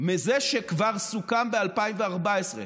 מזה שכבר סוכם ב-2014".